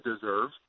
deserve